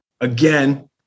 again